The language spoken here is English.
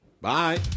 Bye